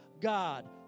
God